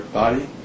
body